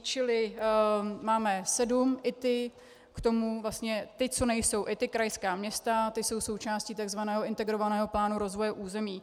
Čili máme sedm ITI, k tomu vlastně ty, co nejsou ITI, krajská města, ty jsou součástí tzv. integrovaného plánu rozvoje území.